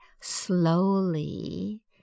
slowly